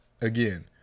again